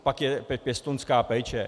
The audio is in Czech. Pak je pěstounská péče.